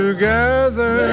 Together